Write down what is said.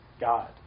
God